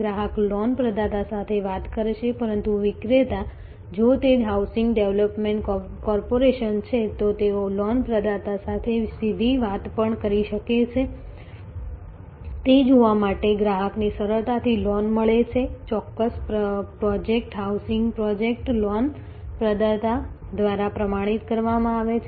ગ્રાહક લોન પ્રદાતા સાથે વાત કરશે પરંતુ વિક્રેતા જો તે હાઉસિંગ ડેવલપમેન્ટ કોર્પોરેશન છે તો તેઓ લોન પ્રદાતા સાથે સીધી વાત પણ કરી શકે છે તે જોવા માટે કે ગ્રાહકને સરળતાથી લોન મળે છે ચોક્કસ પ્રોજેક્ટ હાઉસિંગ પ્રોજેક્ટ લોન પ્રદાતા દ્વારા પ્રમાણિત કરવામાં આવે છે